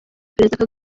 perezida